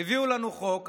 הביאו לנו חוק,